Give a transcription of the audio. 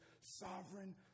sovereign